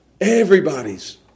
Everybody's